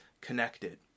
connected